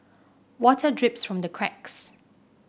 water drips from the cracks